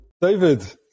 David